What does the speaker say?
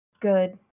good